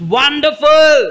wonderful